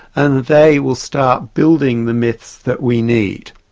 and they will start building the myths that we need.